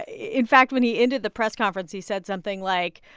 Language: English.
ah in fact, when he ended the press conference, he said something like,